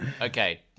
Okay